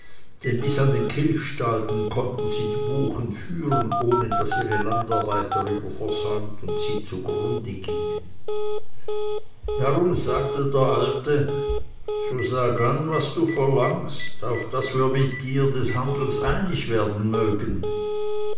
denn bis an den kilchstalden konnten sie die buchen führen ohne daß ihre landarbeit darüber versäumt und sie zugrunde gingen darum sagte der alte so sag an was du verlangst auf daß wir mit dir des handels einig werden mögen